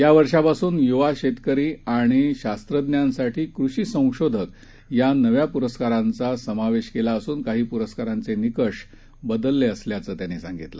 यावर्षापासून य्वा शेतकरी आणि शास्त्रज्ञांसाठी कृषी संशोधक या नव्या प्रस्कारांचा समावेश केला असून काही प्रस्कारांचे निकष बदलले असल्याचं त्यांनी सांगितलं